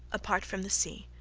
apart from the sea,